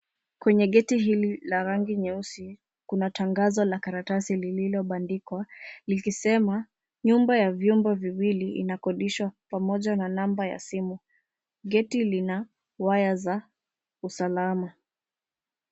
Kwenye geti hili la rangi nyeusi, kuna tangazo la karatasi lililobandikwa, likisema nyumba ya vyumba viwili inakodishwa pamoja na namba ya simu. Geti lina waya za usalama.